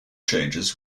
changes